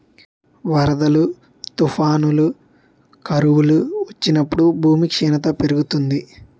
వరదలు, తుఫానులు, కరువులు వచ్చినప్పుడు భూమి క్షీణత పెరుగుతుంది